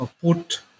put